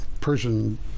Persian